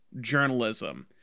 journalism